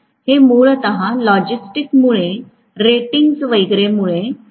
हे मूलत लॉजिस्टिकमुळे रेटिंग्स वगैरेमुळे होते